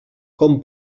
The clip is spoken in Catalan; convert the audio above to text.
com